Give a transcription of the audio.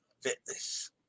Fitness